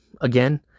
again